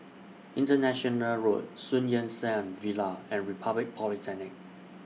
International Road Sun Yat Sen Villa and Republic Polytechnic